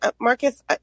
marcus